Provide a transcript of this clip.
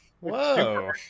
whoa